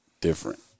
different